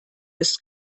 ist